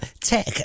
tech